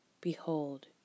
Behold